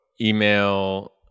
email